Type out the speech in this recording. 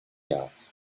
yards